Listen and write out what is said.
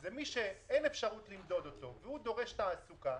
מי שאין אפשרות למדוד והוא דורש תעסוקה,